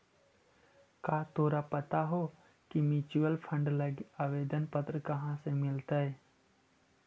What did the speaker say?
का तोरा पता हो की म्यूचूअल फंड लागी आवेदन पत्र कहाँ से मिलतई?